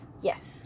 Yes